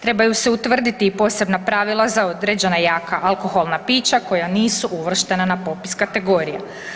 Trebaju se utvrditi i posebna pravila za određena jaka alkoholna pića koja nisu uvrštena na popis kategorije.